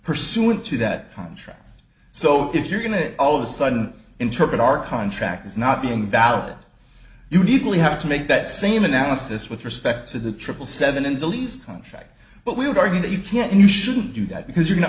pursuant to that contract so if you're going to all of a sudden interpret our contract as not being valid uniquely have to make that same analysis with respect to the triple seven in the lease contract but we would argue that you can't and you shouldn't do that because you're not